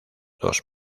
dos